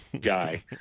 guy